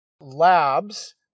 labs